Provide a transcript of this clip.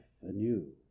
anew